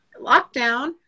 lockdown